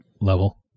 level